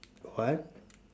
what